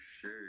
sure